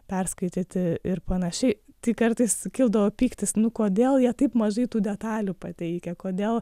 perskaityti ir panašiai tik kartais sukildavo pyktis nu kodėl jie taip mažai tų detalių pateikia kodėl